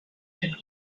had